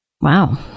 Wow